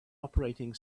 operating